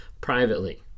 privately